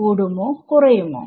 കൂടുമോ കുറയുമോ